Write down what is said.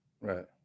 Right